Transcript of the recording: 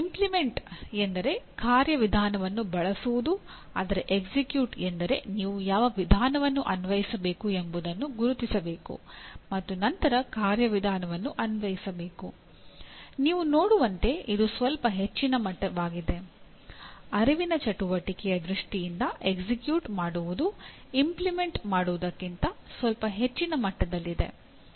implement ಮಾಡುವುದಕ್ಕಿಂತ ಸ್ವಲ್ಪ ಹೆಚ್ಚಿನ ಮಟ್ಟದಲ್ಲಿದೆ